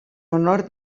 honor